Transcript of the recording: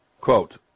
quote